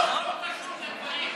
למה?